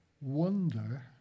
wonder